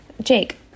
Jake